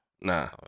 Nah